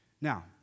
Now